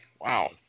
Wow